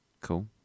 Cool